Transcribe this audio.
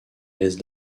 laisse